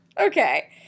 Okay